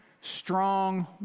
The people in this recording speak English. strong